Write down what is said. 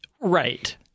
Right